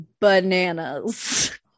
bananas